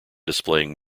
displaying